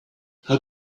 how